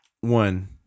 one